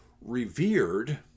revered